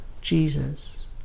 Jesus